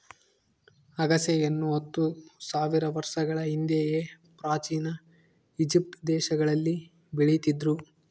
ಅಗಸೆಯನ್ನು ಹತ್ತು ಸಾವಿರ ವರ್ಷಗಳ ಹಿಂದೆಯೇ ಪ್ರಾಚೀನ ಈಜಿಪ್ಟ್ ದೇಶದಲ್ಲಿ ಬೆಳೀತಿದ್ರು